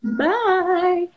bye